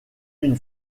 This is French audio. une